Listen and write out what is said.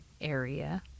area